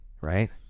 right